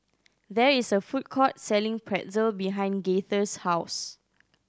there is a food court selling Pretzel behind Gaither's house